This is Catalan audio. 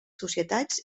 societats